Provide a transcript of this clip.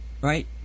right